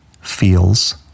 feels